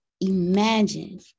imagine